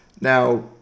Now